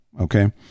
okay